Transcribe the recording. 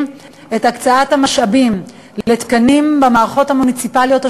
את הקצאת המשאבים לתקנים במערכות המוניציפליות השונות,